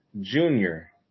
Junior